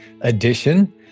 edition